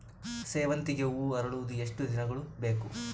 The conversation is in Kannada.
ಸೇವಂತಿಗೆ ಹೂವು ಅರಳುವುದು ಎಷ್ಟು ದಿನಗಳು ಬೇಕು?